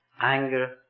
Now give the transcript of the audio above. anger